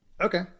okay